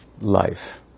life